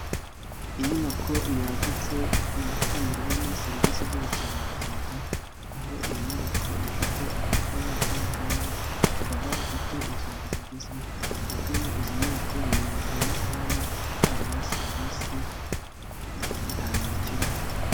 Inyubako yagutse itangirwamo serivisi z'ubukerarugendo aho iyo nyubako ifite amatara ikindi kandi ikaba ifite inzugi zigezweho, abagana izi nyubako banezezwa no kubona bahabwa serivisi ntamakemwa.